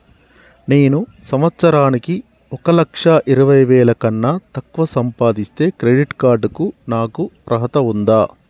నేను సంవత్సరానికి ఒక లక్ష ఇరవై వేల కన్నా తక్కువ సంపాదిస్తే క్రెడిట్ కార్డ్ కు నాకు అర్హత ఉందా?